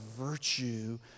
virtue